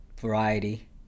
variety